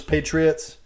Patriots